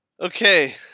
Okay